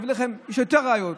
יש יותר ראיות.